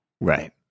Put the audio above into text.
Right